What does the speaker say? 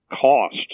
cost